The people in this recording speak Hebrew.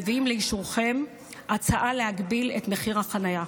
מביאים לאישורכם הצעה להגביל את מחיר החניה.